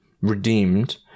redeemed